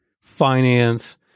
finance